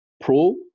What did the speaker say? pro